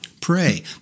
Pray